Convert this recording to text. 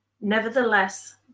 Nevertheless